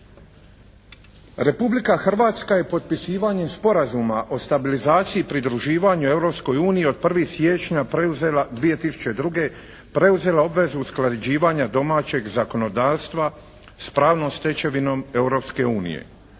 Republika Hrvatska je potpisivanjem Sporazuma o stabilizaciji i pridruživanju Europskoj uniji od 1. siječnja preuzela od 2002. preuzela obvezu usklađivanja domaćeg zakonodavstva s pravnom stečevinom